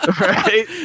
right